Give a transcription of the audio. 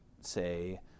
say